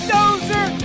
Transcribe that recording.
Dozer